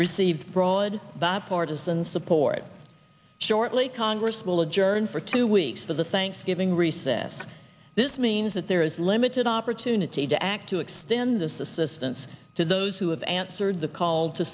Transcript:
receive broad bipartisan support shortly congress will adjourn for two weeks for the saying giving recess this means that there is limited opportunity to act to extend this assistance to those who have answered the call to